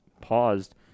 paused